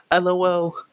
LOL